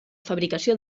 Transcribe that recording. fabricació